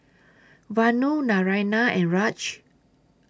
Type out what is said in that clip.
Vanu Naraina and Raj